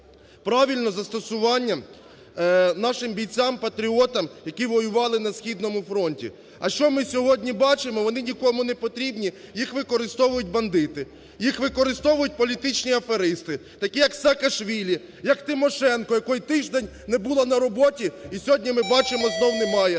правильне застосування нашим бійцям-патріотам, які воювали на східному фронті. А що ми сьогодні бачимо? Вони нікому не потрібні, їх використовують бандити, їх використовують політичні аферисти такі як Саакашвілі, як Тимошенко, якої тиждень не було на роботі. І сьогодні ми бачимо знову немає,